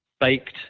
baked